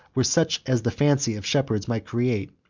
were such as the fancy of shepherds might create,